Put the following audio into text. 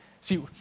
See